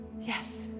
Yes